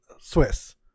Swiss